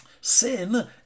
Sin